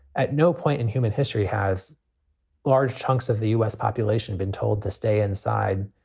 at no point in human history has large chunks of the us population been told to stay inside,